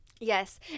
Yes